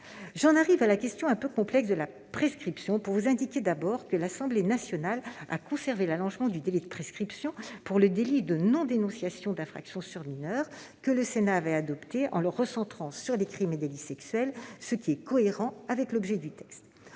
J'en arrive à la question un peu complexe de la prescription pour vous indiquer que l'Assemblée nationale a maintenu l'allongement du délai de prescription pour le délit de non-dénonciation d'infraction sur mineur, que le Sénat avait adopté, en le recentrant sur les crimes et délits sexuels, ce qui est cohérent avec l'objet du texte.